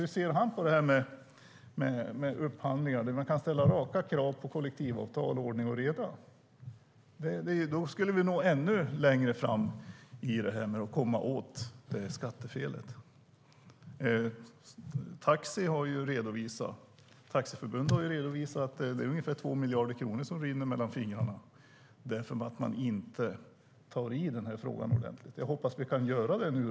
Hur ser Gunnar Andrén på upphandlingar där man kan ställa raka krav på kollektivavtal och ordning och reda? Då skulle vi nå ännu längre i fråga om att komma åt skattefelet. Taxiförbundet har redovisat att ungefär 2 miljarder kronor rinner mellan fingrarna eftersom man inte tar tag i frågan ordentligt. Jag hoppas att vi kan göra det nu.